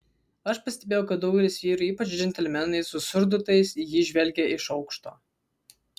aš pastebėjau kad daugelis vyrų ypač džentelmenai su surdutais į jį žvelgė iš aukšto